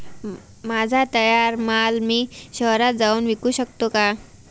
माझा तयार माल मी शहरात जाऊन विकू शकतो का?